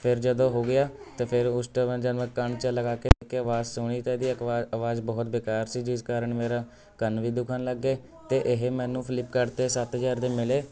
ਫਿਰ ਜਦੋਂ ਹੋ ਗਿਆ ਅਤੇ ਫਿਰ ਉਸ ਤੋਂ ਬਾਅਦ ਜਦੋਂ ਮੈਂ ਕੰਨ 'ਚ ਲਗਾ ਕੇ ਆਵਾਜ਼ ਸੁਣੀ ਤਾ ਇਹਦੀ ਇੱਕ ਬਾਰ ਆਵਾਜ਼ ਬਹੁਤ ਬੇਕਾਰ ਸੀ ਜਿਸ ਕਾਰਨ ਮੇਰਾ ਕੰਨ ਵੀ ਦੁੱਖਣ ਲੱਗ ਗਏ ਅਤੇ ਇਹ ਮੈਨੂੰ ਫਲਿੱਪਕਾਰਟ 'ਤੇ ਸੱਤ ਹਜ਼ਾਰ ਦੇ ਮਿਲੇ